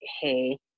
hey